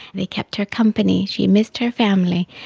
they kept her company, she missed her family.